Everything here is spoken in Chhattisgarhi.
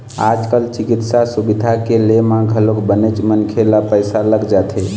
आज कल चिकित्सा सुबिधा के ले म घलोक बनेच मनखे ल पइसा लग जाथे